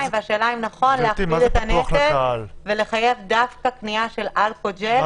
והשאלה אם נכון להכביד את הנטל ולחייב דווקא קנייה של אלכוג'ל.